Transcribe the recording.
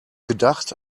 gedacht